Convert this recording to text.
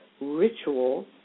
ritual